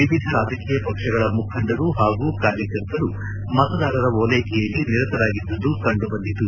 ವಿವಿಧ ರಾಜಕೀಯ ಪಕ್ಷಗಳ ಮುಖಂಡರು ಹಾಗೂ ಕಾರ್ಯಕರ್ತರು ಮತದಾರರ ಓಲ್ಲೆಕೆಯಲ್ಲಿ ನಿರತರಾಗಿದ್ದುದು ಕಂಡುಬಂದಿತು